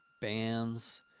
bands